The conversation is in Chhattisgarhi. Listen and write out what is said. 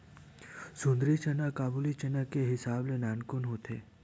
सुंदरी चना काबुली चना के हिसाब ले नानकुन होथे